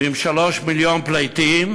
ועם 3 מיליון פליטים,